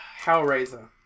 Hellraiser